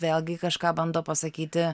vėlgi kažką bando pasakyti